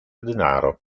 denaro